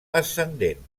ascendent